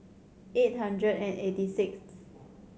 eight hundred and eighty sixth